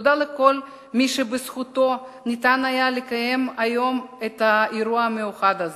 תודה לכל מי שבזכותו ניתן היה לקיים היום את האירוע המיוחד הזה: